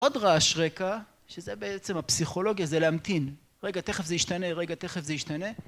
עוד רעש רקע שזה בעצם הפסיכולוגיה זה להמתין רגע תכף זה ישתנה רגע תכף זה ישתנה